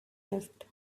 left